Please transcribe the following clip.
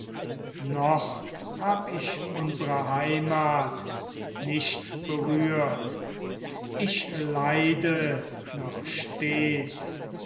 noch hab ich unsere heimat nicht berührt ich leide noch stets